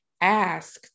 ask